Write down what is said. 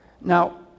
Now